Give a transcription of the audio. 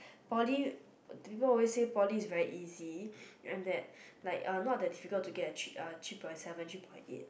poly people always say poly is very easy and that like uh no that difficult to get a three point seven three point eight